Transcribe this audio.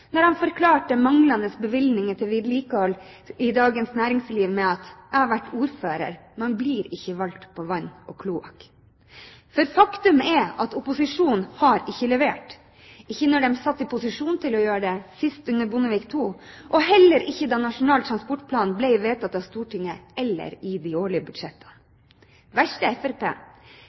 forklarte manglende bevilgninger til vedlikehold i Dagens Næringsliv med å si: «Jeg har vært ordfører. Man blir ikke valgt på vann og kloakk.» Faktum er at opposisjonen har ikke levert – ikke da de satt i posisjon til å gjøre det, sist under Bondevik II, og heller ikke da Nasjonal transportplan ble vedtatt av Stortinget, eller i de årlige budsjettene.